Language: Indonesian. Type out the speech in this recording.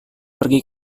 pergi